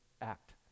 act